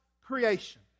creation